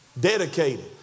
dedicated